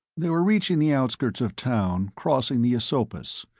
they were reaching the outskirts of town, crossing the esopus.